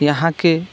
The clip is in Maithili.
यहाँके